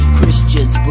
Christians